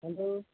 hello